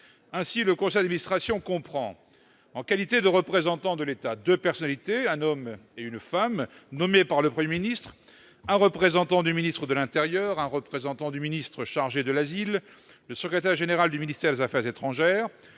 Ainsi, le conseil d'administration comprend aujourd'hui deux personnalités, un homme et une femme, nommées par le Premier ministre, un représentant du ministre de l'intérieur, un représentant du ministre chargé de l'asile, le secrétaire général du ministère des affaires étrangères,